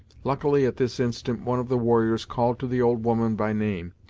luckily, at this instant one of the warriors called to the old woman by name,